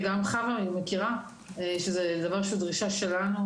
זו דרישה שלנו,